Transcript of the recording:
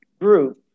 group